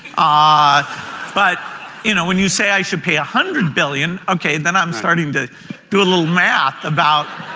um ah but you know when you say i should pay a hundred billion ok then i'm starting to do a little math about